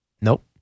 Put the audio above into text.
Nope